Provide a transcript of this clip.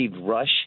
rush